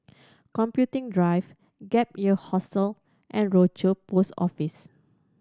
Computing Drive Gap Year Hostel and Rochor Post Office